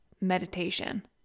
meditation